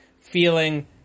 feeling